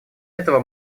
этого